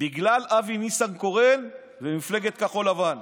בגלל אבי ניסנקורן ממפלגת כחול לבן.